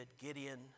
Gideon